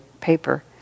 paper